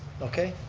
okay.